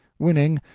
winning,